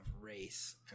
race